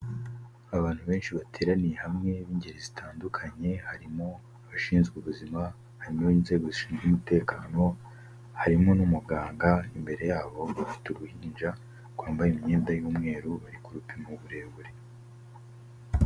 Abantu benshi bateraniye hamwe b'ingeri zitandukanye harimo abashinzwe ubuzima, harimo ab'inzego zishinzwe umutekano, harimo n'umuganga, imbere yabo bafite uruhinja rwambaye imyenda y'umweru bari kurupima uburebure.